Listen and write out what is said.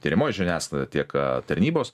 tyriamoji žiniasklaida tiek tarnybos